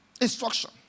Instruction